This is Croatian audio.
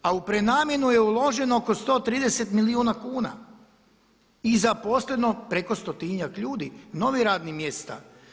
A u prenamjenu je uloženo oko 130 milijuna kuna i zaposleno preko 100-tinjak ljudi, novih radnih mjesta.